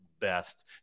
best